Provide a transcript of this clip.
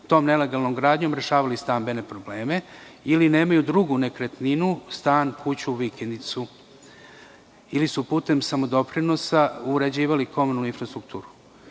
tom nelegalnom izgradnjom rešavala stambene probleme, ili nemaju drugu nekretninu, stan, kuću, vikendicu, ili su putem samodoprinosa uređivali komunalnu infrastrukturu. Na